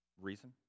reason